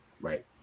Right